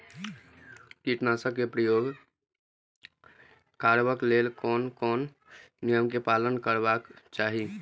कीटनाशक क प्रयोग करबाक लेल कोन कोन नियम के पालन करबाक चाही?